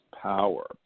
power